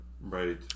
right